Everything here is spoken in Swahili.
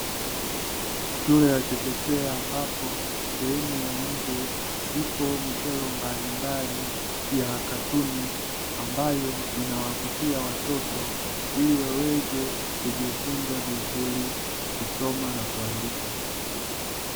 Shule ya chekechekea ambapo sehemu ya nje ipo michoro mbalimbali ya katuni, ambayo inawavutia watoto ili waweze kujifunza vizuri, kusoma na kuandika.